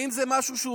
האם זה משהו שהוא